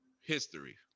History